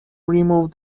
remove